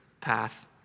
path